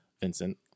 Vincent